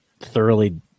thoroughly